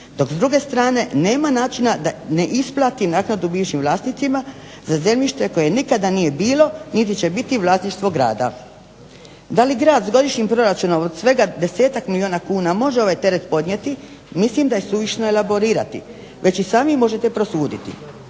dok s druge strane nema načina da ne isplati naknadu bivšim vlasnicima za zemljište koje nikada nije bilo niti će biti vlasništvo grada. Da li grad s godišnjim proračunom od svega desetak milijuna kuna može ovaj teret podnijeti mislim da je suvišno elaborirati već i sami možete prosuditi.